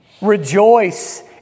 Rejoice